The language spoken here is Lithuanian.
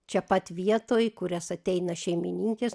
čia pat vietoj kurias ateina šeimininkės